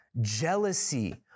jealousy